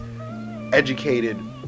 educated